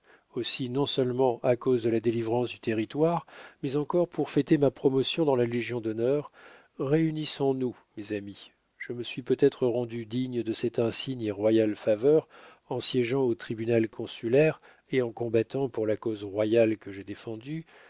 aussi non-seulement à cause de la délivrance du territoire mais encore pour fêter ma promotion dans la légion-d'honneur réunissons nous nos amis je me suis peut-être rendu digne de cette insigne et royale faveur en siégeant au tribunal consulaire et en combattant pour la cause royale que j'ai défendue